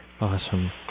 Awesome